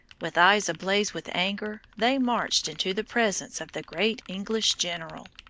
with eyes ablaze with anger, they marched into the presence of the great english general.